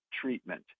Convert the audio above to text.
treatment